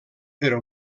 però